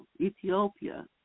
Ethiopia